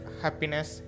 happiness